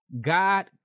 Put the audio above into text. God